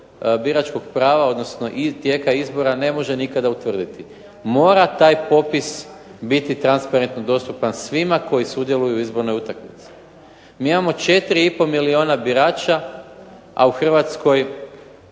biračkog prava odnosno i tijeka izbora ne može nikada utvrditi. Mora taj popis biti transparentno dostupan svima koji sudjeluju u izbornoj utakmici. Mi imamo 4,5 milijuna birača, a u Hrvatskoj